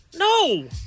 No